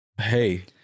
Hey